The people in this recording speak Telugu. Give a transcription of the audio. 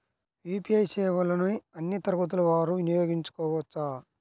యూ.పీ.ఐ సేవలని అన్నీ తరగతుల వారు వినయోగించుకోవచ్చా?